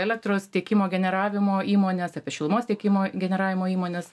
elektros tiekimo generavimo įmones apie šilumos tiekimo generavimo įmones